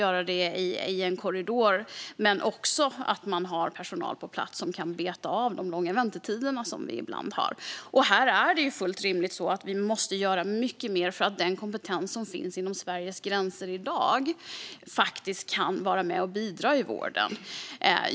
Men det handlar också om att ha personal på plats som kan beta av köerna på grund av de långa väntetider som vi ibland har. Här är det fullt rimligt att vi gör mycket mer så att den kompetens som finns inom Sveriges gränser i dag kan vara med och bidra i vården. Det måste vi göra.